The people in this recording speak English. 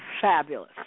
fabulous